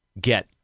get